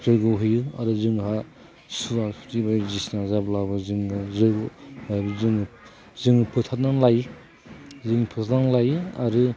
जयग' हैयो आरो जोंहा सुवा सुथि बायदिसिना जाब्लाबो जोङो जोङो फोथारनानै लायो आरो